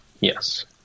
Yes